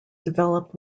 developed